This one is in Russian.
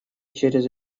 через